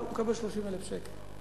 הוא מקבל 30,000 שקל.